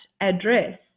address